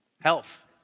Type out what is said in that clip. Health